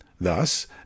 Thus